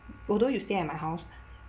although you stay at my house